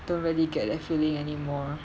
don't really get that feeling anymore